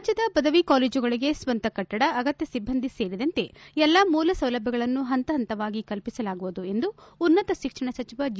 ರಾಜ್ದದ ಪದವಿ ಕಾಲೇಜುಗಳಿಗೆ ಸ್ವಂತ ಕಟ್ಟಡ ಅಗತ್ಯ ಸಿಬ್ಬಂದಿ ಸೇರಿದಂತೆ ಎಲ್ಲಾ ಮೂಲ ಸೌಲಭ್ಯಗಳನ್ನು ಪಂತಹಂತವಾಗಿ ಕಲ್ಪಿಸಲಾಗುವುದು ಎಂದು ಉನ್ನತ ಶಿಕ್ಷಣ ಸಚಿವ ಜಿ